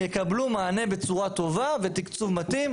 יקבלו מענה בצורה טובה בתקצוב מתאים.